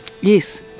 yes